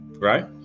right